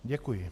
Děkuji.